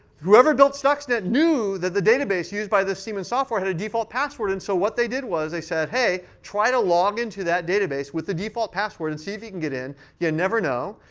whoever built stuxnet knew that the database used by this siemens software had a default password. and so what they did was they said, hey, try to log into that database with the default password, and see if you can get in. you never know.